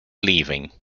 leaving